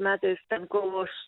metais ten kovo aš